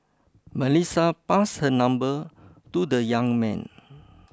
Melissa passed her number to the young man